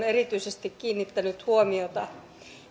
erityisesti kiinnittänyt huomiota